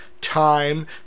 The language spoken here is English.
time